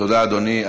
תודה, אדוני.